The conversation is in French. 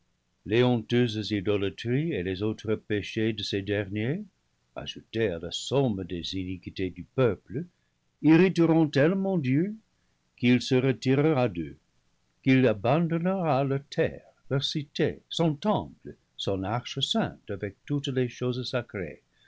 les honteuses idolâtries et les autres péchés de ces derniers ajoutés à la somme des iniquités du peuple irriteront tellement dieu qu'il se retirera d'eux qu'il abandonnera leur terre leur cité son temple son arche sainte avec toutes les choses sacrés